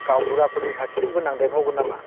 गावबुराफोरनि सार्टिफिकेटबो नांदेरबावगोन नामा